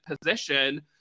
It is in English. position